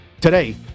Today